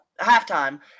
halftime